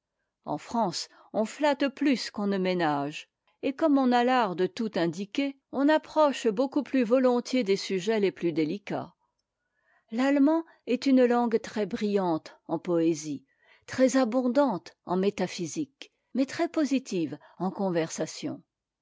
en france on flatte plus qu'on ne ménage et comme on a l'art de tout indiquer on approche beaucoup plus volontiers des sujets les plus délicats l'allemand est une langue très briltante en poésie très abondante en métaphysique mais très positive en conversation